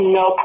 no